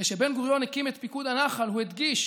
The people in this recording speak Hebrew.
כשבן-גוריון הקים את פיקוד הנח"ל הוא הדגיש